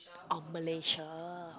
oh malaysia